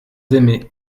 aimé